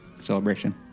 Celebration